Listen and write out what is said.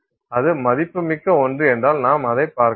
அது மதிப்புமிக்க ஒன்று என்றால் நாம் அதைப்பார்க்கலாம்